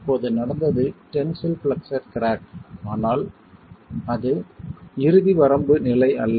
இப்போது நடந்தது tensile flexure crack ஆனால் அது இறுதி வரம்பு நிலை அல்ல